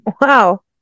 wow